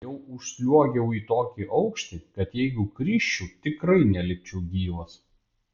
jau užsliuogiau į tokį aukštį kad jeigu krisčiau tikrai nelikčiau gyvas